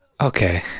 Okay